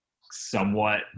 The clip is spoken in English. somewhat